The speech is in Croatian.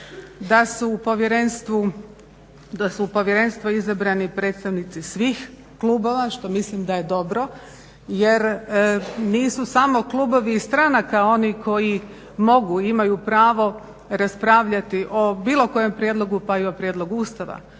da su u povjerenstvo izabrani predstavnici svih klubova što mislim da je dobro jer nisu samo klubovi iz stranaka onih koji mogu, imaju pravo raspravljati o bilo kojem prijedlogu pa i o prijedlogu ustava,